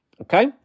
Okay